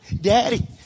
Daddy